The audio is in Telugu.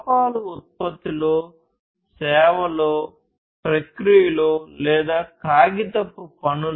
లోపాలు ఉత్పత్తిలో ఉండవచ్చు